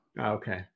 Okay